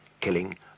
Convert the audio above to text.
killing